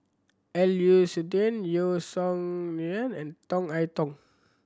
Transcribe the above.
L U Suitin Yeo Song Nian and Tong I Tong